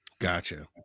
Gotcha